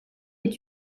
est